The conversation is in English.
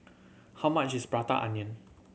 how much is Prata Onion